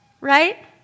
Right